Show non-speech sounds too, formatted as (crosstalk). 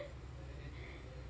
(laughs)